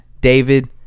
David